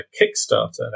kickstarter